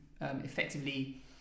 effectively